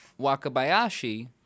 Wakabayashi